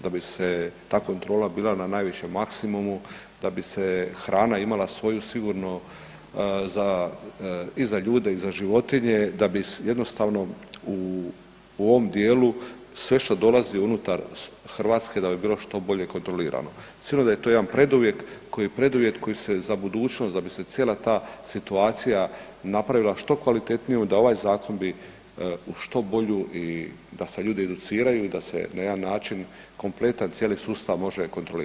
Da bi se ta kontrola bila na najvišem maksimumu, da bi se hrana imala svoju sigurno i za ljude i za za životinje, da bi jednostavno u ovom djelu sve što dolazi unutar Hrvatske, da bi bilo što bolje kontrolirano, sigurno da je to jedan preduvjet koji je preduvjet koji se za budućnost da bi se cijela ta situacija napravila što kvalitetnije da ovaj zakon bi u što bolju i da se ljudi educiraju i da se na jedan način kompletan cijeli sustav može kontrolirati.